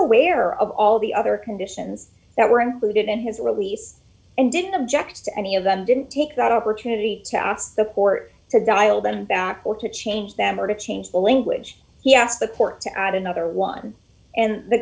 aware of all the other conditions that were included in his release and didn't object to any of them didn't take that opportunity to ask the court to dial that back or to change them or to change the language he asked the court to add another one and the